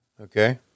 Okay